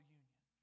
union